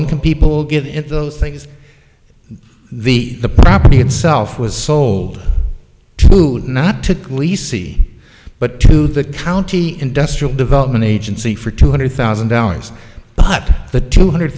income people give it those things the the property itself was sold not to lisi but to the county industrial development agency for two hundred thousand dollars but the two hundred